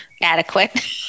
adequate